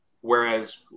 Whereas